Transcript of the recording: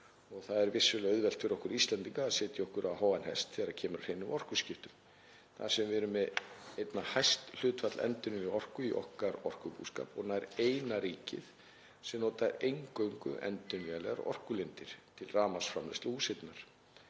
Það er vissulega auðvelt fyrir okkur Íslendinga að setja okkur á háan hest þegar kemur að hreinum orkuskiptum þar sem við erum með einna hæst hlutfall endurnýjanlegrar orku í okkar orkubúskap og nær eina ríkið sem notar eingöngu endurnýjanlegar orkulindir til rafmagnsframleiðslu og húshitunar.